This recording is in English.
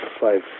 five